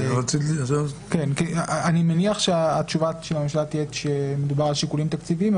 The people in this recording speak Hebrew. אני מניח שתשובת הממשלה תהיה שמדובר על שיקולים תקציביים,